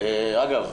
אגב,